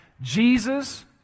Jesus